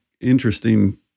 interesting